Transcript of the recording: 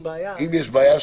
אם יש להם בעיה --- אם יש בעיה,